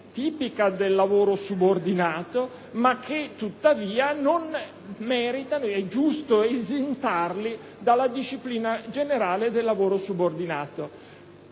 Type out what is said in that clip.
tipica del lavoro subordinato, ma che è tuttavia giusto esentare dalla disciplina generale del lavoro subordinato.